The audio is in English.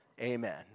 Amen